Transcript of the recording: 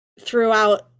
throughout